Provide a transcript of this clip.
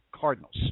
Cardinals